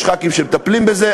יש חברי כנסת שמטפלים בזה.